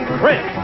Chris